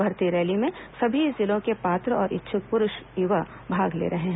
भर्ती रैली में सभी जिलों के पात्र और इच्छुक पुरूष युवा भाग ले रहे हैं